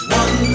one